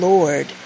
Lord